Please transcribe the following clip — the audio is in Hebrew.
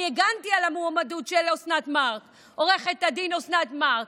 אני הגנתי על המועמדות של עורכת הדין אוסנת מארק.